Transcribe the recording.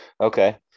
Okay